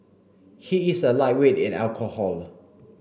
he is a lightweight in alcohol